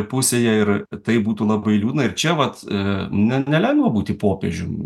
pusėje ir tai būtų labai liūdna ir čia vat a na nelengva būti popiežium